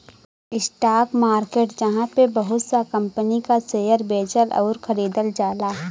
stock market जहाँ पे बहुत सा कंपनी क शेयर बेचल आउर खरीदल जाला